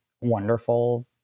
wonderful